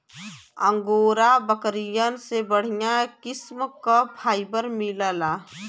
angora बकरियन से बढ़िया किस्म क फाइबर मिलला